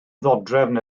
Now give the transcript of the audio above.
ddodrefn